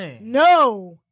no